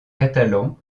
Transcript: catalan